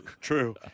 True